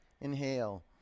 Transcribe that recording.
Inhale